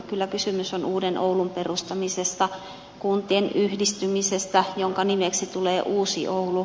kyllä kysymys on uuden oulun perustamisesta kuntien yhdistymisestä jonka nimeksi tulee oulu